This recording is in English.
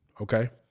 okay